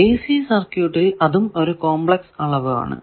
ac സർക്യൂട്ടിൽ അതും ഒരു കോംപ്ലക്സ് അളവ് ആണ്